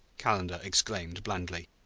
calendar exclaimed blandly.